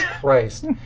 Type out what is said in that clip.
Christ